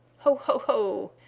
ho! ho! ho!